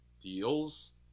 Deals